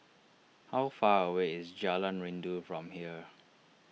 how far away is Jalan Rindu from here